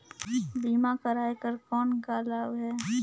बीमा कराय कर कौन का लाभ है?